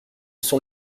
sont